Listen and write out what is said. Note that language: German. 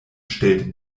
stellte